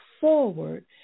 forward